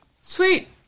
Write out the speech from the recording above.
Sweet